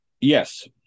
Yes